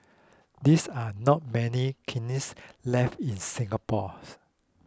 these are not many kilns left in Singapore